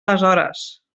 aleshores